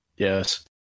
Yes